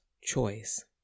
choice